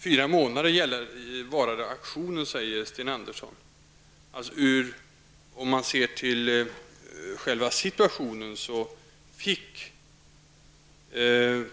Sten Andersson i Malmö sade att aktionen varade i fyra månader.